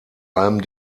allem